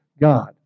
God